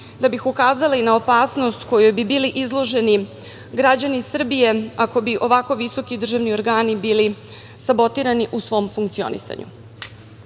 da bih ukazala i na opasnost kojoj bi bili izloženi građani Srbije ako bi ovako visoki državni organi bili sabotirani u svom funkcionisanju. Naime,